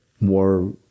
more